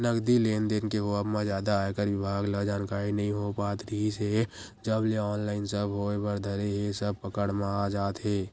नगदी लेन देन के होवब म जादा आयकर बिभाग ल जानकारी नइ हो पात रिहिस हे जब ले ऑनलाइन सब होय बर धरे हे सब पकड़ म आ जात हे